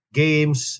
games